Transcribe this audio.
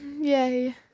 Yay